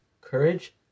courage